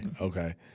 okay